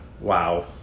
wow